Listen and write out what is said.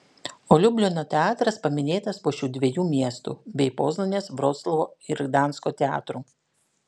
o liublino teatras paminėtas po šių dviejų miestų bei poznanės vroclavo ir gdansko teatrų